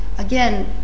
Again